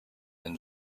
and